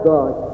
God